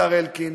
השר אלקין,